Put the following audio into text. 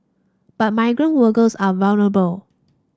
but migrant workers are vulnerable